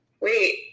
Wait